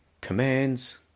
commands